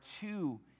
two